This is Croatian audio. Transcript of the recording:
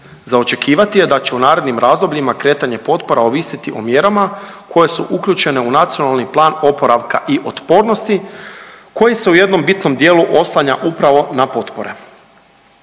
Za očekivati je da će u narednim razdobljima kretanje potpora ovisiti o mjerama koje su uključene u NPOO koji se u jednom bitnom dijelu oslanjan upravo na potpore.